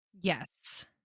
yes